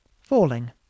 falling